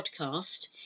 podcast